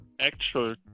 actual